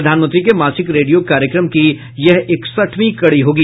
प्रधानमंत्री के मासिक रेडियो कार्यक्रम की यह इकसठवीं कड़ी होगी